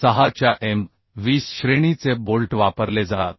6 च्या m 20 श्रेणीचे bolt वापरले जातात